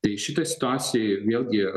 tai šitoj situacijoj vėlgi